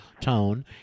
tone